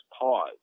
pause